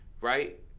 right